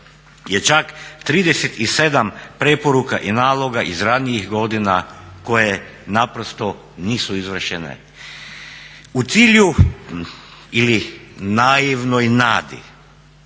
je čak 37 preporuka i naloga iz ranijih godina koje naprosto nisu izvršene. U cilju ili naivnoj nadi